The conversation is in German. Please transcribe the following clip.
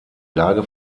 lage